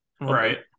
right